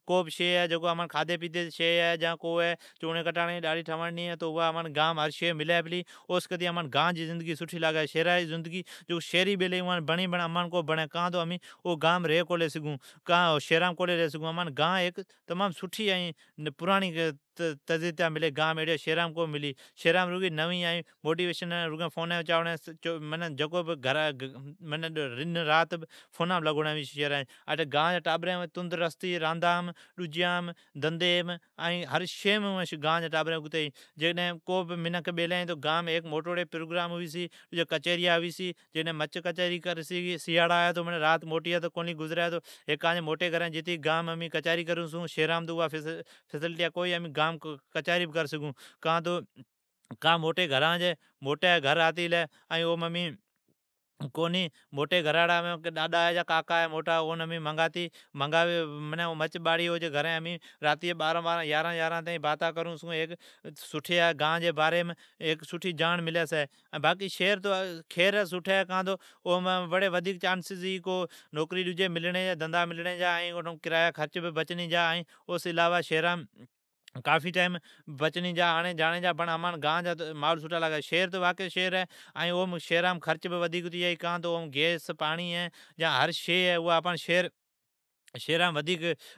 کو بھی شئی ھی امن ٹھ کھادھی پیتی جی شئی یا امین چوڑین ٹھواڑنی ھی یا ڈاڑھی کٹاڑین ہے امان ھر شئی اٹھی ملی پلی۔ گان جی زندگی سٹھی لاگی چھی ۔جکو شھری بیلی ھی اوان بڑی ڈجی امان کونی بڑین۔ کان تو امان گانم پرایان ائی سٹھیا ترجیتا ملی گانم۔ شھرا جین ٹابرین سجو ڈن فونام لگوڑی ھوی چھی، ائین گان جین ٹابرین تندرست راندام لاگلی پلین ھوی، دھندھیم ھر شئیم گان جین ٹابرین اگتین ھی۔ جیکڈھن گام پروگرام مچ کچھریا ھئی چھی ۔ سیاڑی جی موٹی رات ہے تو کیسی موٹی گھرین امین کچھریا کرون چھون ائین شھرام تو اوا فیسلٹیا کو ھی۔ موٹی گھر آتے گلی موٹی ڈاڈی یا کاکا ھی اون امین مگاتی گھرین امین راتی جی باران باران یارھن یارھن تائین کچھریا کر چھون۔ سٹھی گان جی باریم ائین سٹھی جاڑنر ملی چھی ۔ شھر ہے تو ٹھیک ہے، اٹھو نوکری دھندھا ملڑین جی چانسز ھی ائین آڑین جاڑین جا ٹیم بھی بچنی جا بڑ امان گان جی زندگی سٹھی لاگی۔ شھر تو شھر ہے ائین شھرام خرچ بھی ودھیک لاگنی جائی کان تو گیس ہے، پاڑین ہے، بجلی ہے۔ جا ھر شئی ھی اوا آپان ودیک